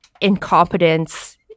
incompetence